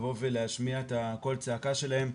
לבוא ולהשמיע את קול הצעקה שלהם.